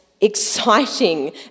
exciting